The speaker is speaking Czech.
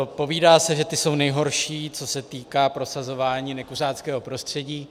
Povídá se, že ti jsou nejhorší, co se týká prosazování nekuřáckého prostředí.